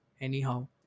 Anyhow